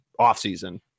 offseason